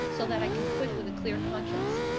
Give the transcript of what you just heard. so that i can quit with a clear conscience.